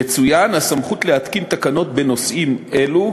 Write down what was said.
יצוין, הסמכות להתקין תקנות בנושאים אלו,